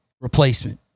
replacement